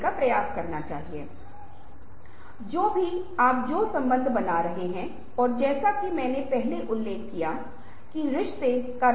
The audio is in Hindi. कुछ ऐसा है जो इसके सबसे परिपक्व और चरम रूप में दिखाया गया है द मैट्रिक्स जैसी फिल्म में जहां आप देखते हैं कि आपकी आभासी पहचान और आपकी वास्तविक पहचान को वास्तव में अलग नहीं किया जा सकता है